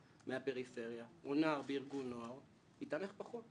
מהפריפריה או נער בארגון נוער יקבל פחות,